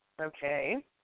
Okay